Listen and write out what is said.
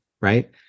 right